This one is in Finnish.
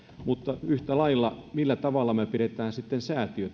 mutta yhtä lailla siitä millä tavalla me pidämme säätiöt